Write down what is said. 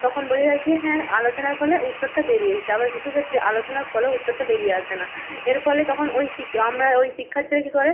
তখন বোঝা যায় যে হ্যাঁ আলোচনার ফলে উত্তরটা বেরিয়ে এসেছে আবার কিছু ক্ষেত্রে আলোচনার ফলেও উত্তরটা বেরিয়ে আসে না এর ফলে তখন ওই শিক আমরা ওই শিক্ষার্থীরা কী করে